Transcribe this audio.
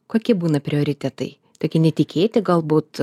kokie būna prioritetai tokie netikėti galbūt